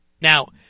Now